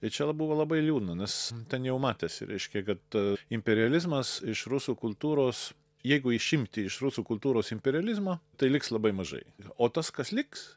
tai čia buvo labai liūdna nes ten jau matėsi reiškia kad imperializmas iš rusų kultūros jeigu išimti iš rusų kultūros imperializmą tai liks labai mažai o tas kas liks